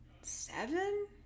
Seven